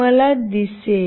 मला दिसेल